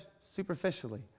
superficially